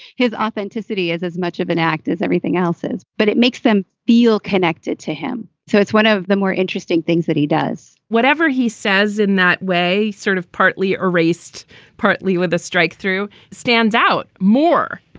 his authenticity is as much of an act as everything else is, but it makes them feel connected to him so it's one of the more interesting things that he does, whatever he says in that way, sort of partly ah traced partly with a strike through stands out more,